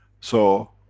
so,